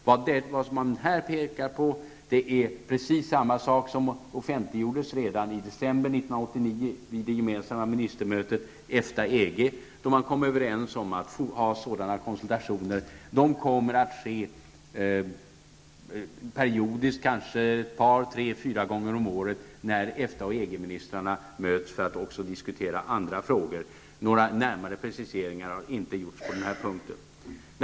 Vad som här kan påpekas är precis detsamma som offentliggjordes redan i december 1989 vid EFTAs och EGs gemensamma ministermöte, då man kom överens om att ha konsultationer periodiskt, kanske ett par tre eller fyra gånger om året då EFTA och EG-ministrarna möts för att även diskutera andra frågor. Några närmare preciseringar har inte gjorts på denna punkt.